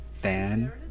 fan